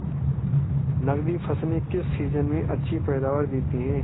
नकदी फसलें किस सीजन में अच्छी पैदावार देतीं हैं?